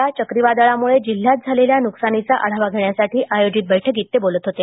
या चक्रीवादळामुळे जिल्ह्यात झालेल्या नुकसानीचा आढावा घेण्यासाठी आयोजित बैठकीत ते बोलत होते